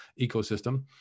ecosystem